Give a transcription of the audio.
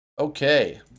Okay